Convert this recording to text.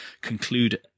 conclude